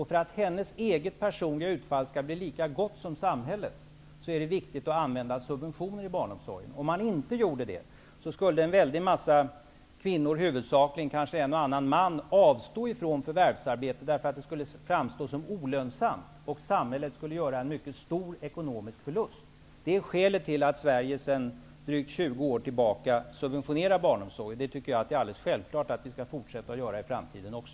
För att hen nes personliga utfall skall bli lika gott som samhäl lets är det viktigt att använda subventioner i barn omsorgen. Om man inte gjorde det, skulle huvudsakligen en massa kvinnor, och kanske en och annan man, av stå från förvärvsarbete, därför att det skulle fram stå som olönsamt. Samhället skulle då göra en mycket stor ekonomisk förlust. Det är skälet till att Sverige sedan drygt 20 år tillbaka subventionerar barnomsorg. Det är själv klart att vi skall fortsätta att göra det i framtiden också.